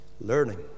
learning